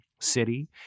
city